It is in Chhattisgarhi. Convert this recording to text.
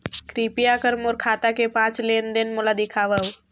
कृपया कर मोर खाता के पांच लेन देन मोला दिखावव